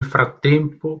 frattempo